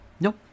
Nope